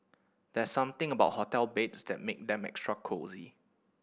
there's something about hotel beds that make them extra cosy